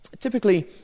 Typically